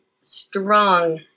strong